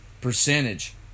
percentage